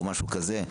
או משהו כזה,